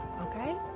okay